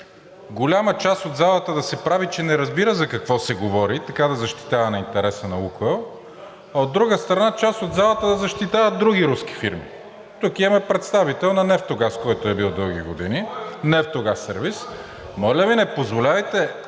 голяма част от залата да се прави, че не разбира за какво се говори и така да защитава интереса на „Лукойл“, а от друга страна, част от залата да защитава други руски фирми. Тук имаме представител на „Нефтогаз“, който е бил дълги години в „Нефтогаз сервиз“. Моля Ви, не позволявайте